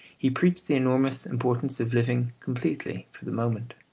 he preached the enormous importance of living completely for the moment.